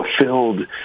fulfilled